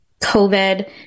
covid